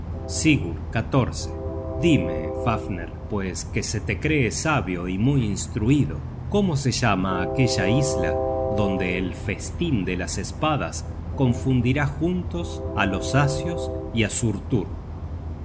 dvalinn sigurd dime fafner pues que te se cree sabio y muy instruido cómo se llama aquella isla donde el festin de las espadas confundirá juntos á los asios y á